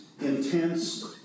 intense